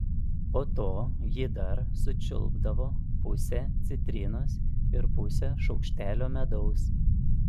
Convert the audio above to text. po to ji dar sučiulpdavo pusę citrinos ir pusę šaukštelio medaus